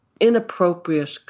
inappropriate